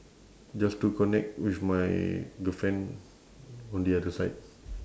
just to connect with my girlfriend on the other side